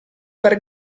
per